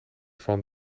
van